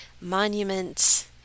monuments